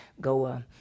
go